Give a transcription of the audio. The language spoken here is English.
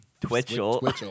Twitchell